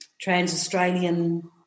Trans-Australian